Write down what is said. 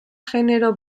genero